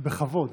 בכבוד.